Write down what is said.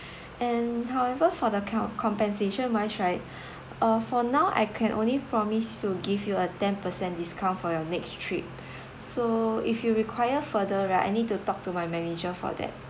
and however for the kind of compensation wise right uh for now I can only promise to give you a ten percent discount for your next trip so if you require further right I need to talk to my manager for that